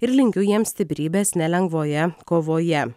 ir linkiu jiems stiprybės nelengvoje kovoje